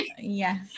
yes